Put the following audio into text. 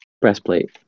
Breastplate